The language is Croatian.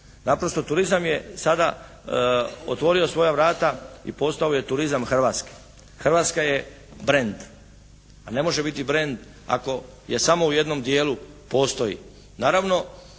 Naprosto turizam je sada otvorio svoja vrata i postao je turizam Hrvatske. Hrvatska je brend, a ne može biti brend ako je samo u jednom dijelu postoji.